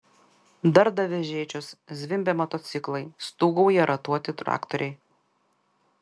darda vežėčios zvimbia motociklai stūgauja ratuoti traktoriai